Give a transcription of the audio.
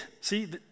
See